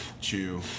chew